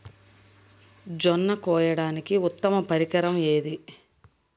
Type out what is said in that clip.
జొన్న కోయడానికి ఉత్తమ పరికరం ఏది?